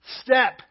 step